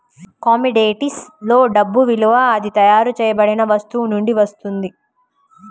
commodities లో డబ్బు విలువ అది తయారు చేయబడిన వస్తువు నుండి వస్తుంది